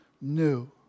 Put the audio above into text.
new